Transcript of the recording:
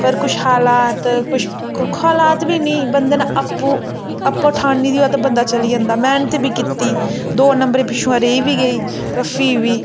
पर कुछ हालात कुछ हालात बी नेई बंदे ने आपूं आपूं ठानी दी होऐ तां बंदा चली जंदा मेह्नत बी कीती दो नंबरें पिच्छुआं रेही बी गेई पर फ्ही बी